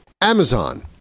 Amazon